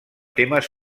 temes